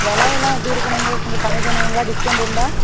விலையெல்லாம் எப்படி இருக்கும் நீங்கள் கொஞ்சம் கம்மி பண்ணுவீங்களா டிஸ்கவுண்ட் உண்டா